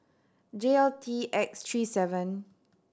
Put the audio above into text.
J L T X three seven